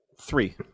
Three